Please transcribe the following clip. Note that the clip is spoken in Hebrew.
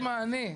מענה.